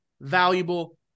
valuable